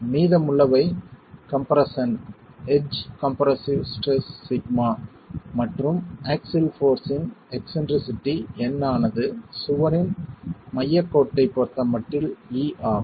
மீதமுள்ளவை compression edge compressive stress sigma மற்றும் axial force யின் எக்ஸ்ன்ட்ரிசிட்டி N ஆனது சுவரின் மையக் கோட்டைப் பொறுத்தமட்டில் e ஆகும்